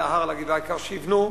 על ההר, על הגבעה, העיקר שיבנו.